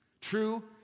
True